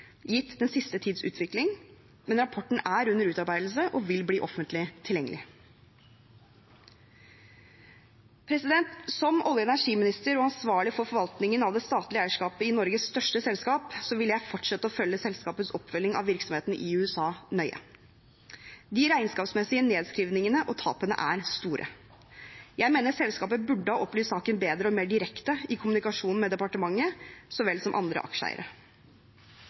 gitt den siste tids utvikling, men rapporten er under utarbeidelse og vil bli offentlig tilgjengelig. Som olje- og energiminister og ansvarlig for forvaltningen av det statlige eierskapet i Norges største selskap vil jeg fortsette å følge selskapets oppfølging av virksomheten i USA nøye. De regnskapsmessige nedskrivningene og tapene er store. Jeg mener selskapet burde ha opplyst saken bedre og mer direkte i kommunikasjonen med departementet så vel som med andre aksjeeiere.